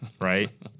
right